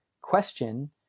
question